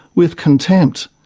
with contempt.